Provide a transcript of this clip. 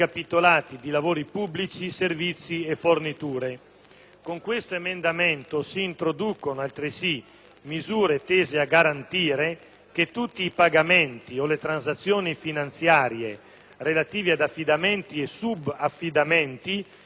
Con l'emendamento 32.100 si introducono altresì misure tese a garantire che tutti i pagamenti o le transazioni finanziarie relative ad affidamenti e subaffidamenti siano effettuati tramite intermediari autorizzati,